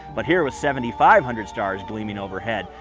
but here was seventy five hundred stars gleaming overhead.